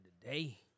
today